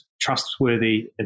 trustworthy